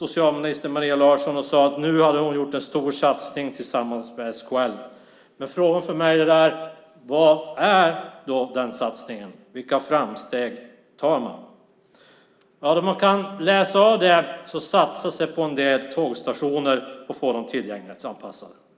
och sade att nu hade hon gjort en stor satsning tillsammans med SKL. Frågan för mig är vad den satsningen är. Vilka steg framåt tar man? Det man kan läsa ut är att det satsas på att få en del tågstationer tillgänglighetsanpassade.